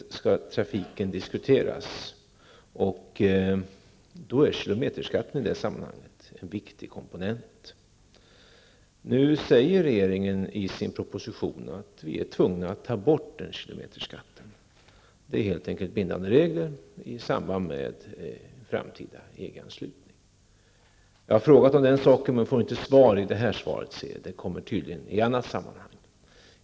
I det sammanhanget är kilometerskatten en viktig komponent. Nu säger regeringen i sin proposition att vi är tvungna att ta bort kilometerskatten. Det är helt enkelt bindande regler i samband med en framtida EG-anslutningen. Jag har frågat om den saken, men får inte svar i dag, ser jag. Det kommer tydligen i ett sammanhang.